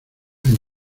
año